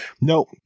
nope